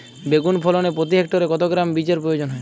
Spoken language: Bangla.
বেগুন ফলনে প্রতি হেক্টরে কত গ্রাম বীজের প্রয়োজন হয়?